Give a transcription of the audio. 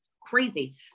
crazy